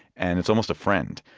and it's almost a friend.